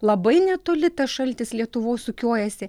labai netoli tas šaltis lietuvos sukiojasi